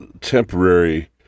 temporary